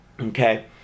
okay